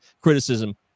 criticism